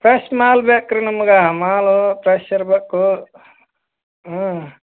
fresh ಮಾಲು ಬೇಕು ರೀ ನಮ್ಗೆ ಮಾಲು ಫ್ರೆಶ್ ಇರಬೇಕು ಹ್ಞೂ